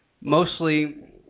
mostly